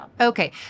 Okay